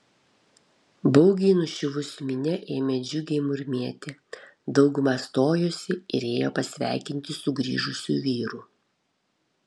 baugiai nuščiuvusi minia ėmė džiugiai murmėti dauguma stojosi ir ėjo pasveikinti sugrįžusių vyrų